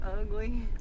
ugly